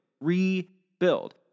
rebuild